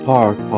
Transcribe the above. Park